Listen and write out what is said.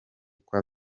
kwa